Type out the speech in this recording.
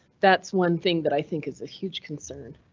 that's one thing that i think is a huge concern.